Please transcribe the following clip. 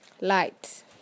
Light